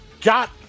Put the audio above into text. Got